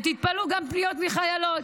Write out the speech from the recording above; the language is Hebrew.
ותתפלאו, גם פניות מחיילות.